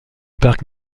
parc